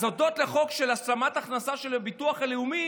אז הודות לחוק של השלמת הכנסה של הביטוח הלאומי